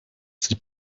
sie